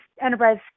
enterprise